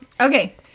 Okay